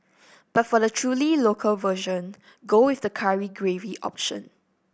but for the truly local version go with the curry gravy option